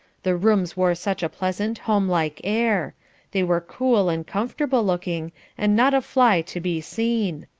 the rooms wore such a pleasant, home-like air they were cool and comfortable-looking, and not a fly to be seen.